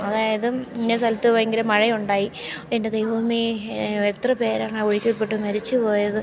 അതായത് ഇന്ന സ്ഥലത്ത് ഭയങ്കര മഴ ഉണ്ടായി എൻ്റെ ദൈവമേ എത്ര പേരാണ് ആ ഒഴിക്കിൽ പെട്ടു മരിച്ചു പോയത്